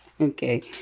Okay